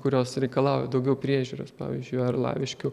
kurios reikalauja daugiau priežiūros pavyzdžiui arlaviškių